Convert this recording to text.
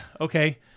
Okay